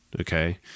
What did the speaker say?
Okay